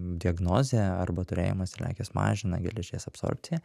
diagnozė arba turėjimas celiakijos mažina geležies absorbciją